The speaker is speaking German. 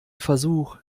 versuch